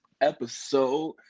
episode